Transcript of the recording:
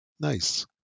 Nice